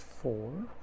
four